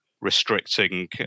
restricting